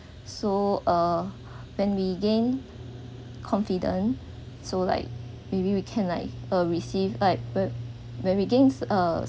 so uh when we gain confidence so like maybe we can like uh received like where where we gains a